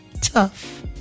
tough